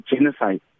genocide